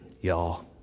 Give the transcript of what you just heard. y'all